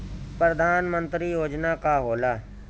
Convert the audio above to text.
परधान मंतरी योजना का होला?